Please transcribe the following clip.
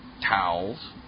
Towels